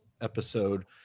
episode